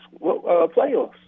playoffs